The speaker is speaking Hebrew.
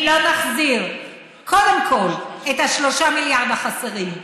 אם לא נחזיר קודם כול את 3 המיליארד החסרים,